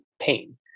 pain